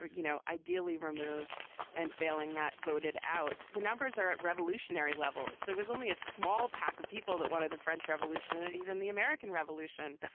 you know, ideally removed and failing that voted out. the numbers are at revolutionary levels. there was only a small pack of people that wanted the french revolution, and even the american revolution.